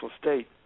state